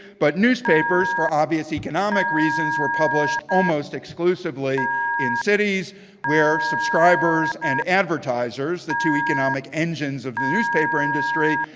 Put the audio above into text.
but newspapers, for obvious economic reasons, were published almost exclusively in cities where subscribers and advertisers, the two economic engines of the newspaper industry,